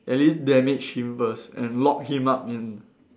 at least damage him first and lock him up in